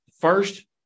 first